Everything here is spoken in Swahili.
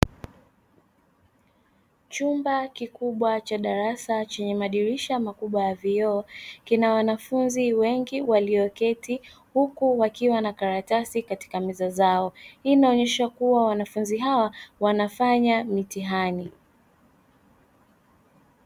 Chumba kikubwa cha darasa chenye madirisha makubwa ya vioo, kina wanafunzi wengi walioketi huku wakiwa na karatasi katika meza zao. Hii inaonyesha kuwa wanafunzi hawa wanafanya mitihani.